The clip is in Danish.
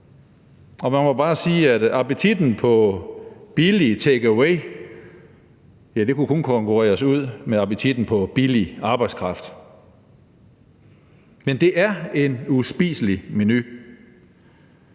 man må bare sige, at appetitten på billig take away kun kunne modsvares af appetitten på billig arbejdskraft. Men det er en uspiselig menu.